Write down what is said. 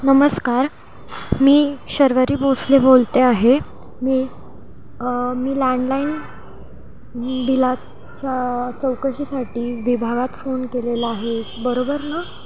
नमस्कार मी शर्वरी भोसले बोलते आहे मी मी लँडलाईन बिलाच्या चौकशीसाठी विभागात फोन केलेला आहे बरोबर ना